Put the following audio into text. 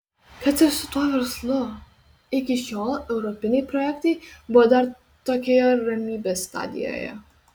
kad ir su tuo verslu iki šiol europiniai projektai buvo dar tokioje ramybės stadijoje